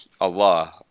Allah